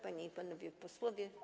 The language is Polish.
Panie i Panowie Posłowie!